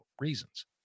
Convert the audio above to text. reasons